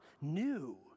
new